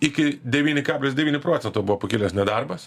iki devyni kablis devyni procentų buvo pakilęs nedarbas